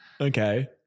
Okay